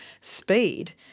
speed